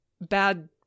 bad